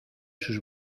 sus